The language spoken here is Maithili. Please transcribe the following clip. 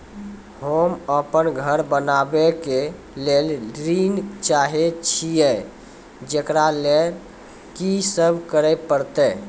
होम अपन घर बनाबै के लेल ऋण चाहे छिये, जेकरा लेल कि सब करें परतै?